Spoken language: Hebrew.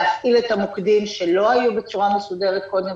להפעיל את המוקדים שלא היו בצורה מסודרת קודם.